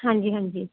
ਹਾਂਜੀ ਹਾਂਜੀ